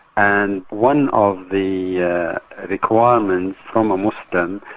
and one of the yeah requirements for um a muslim,